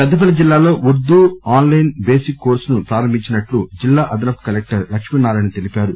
పెద్దపల్లి జిల్లాలో Urdu online basic course ను ప్రారంభించినట్టు జిల్లా అదనపు కలెక్టర్ లక్మీనారాయణ తెలిపారు